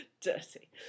Dirty